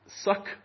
suck